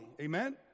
Amen